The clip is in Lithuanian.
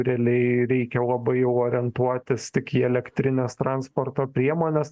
realiai reikia labai jau orientuotis tik į elektrines transporto priemones